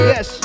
Yes